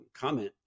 comment